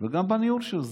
וגם בניהול של זה.